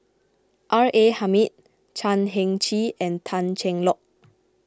R A Hamid Chan Heng Chee and Tan Cheng Lock